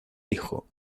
dijo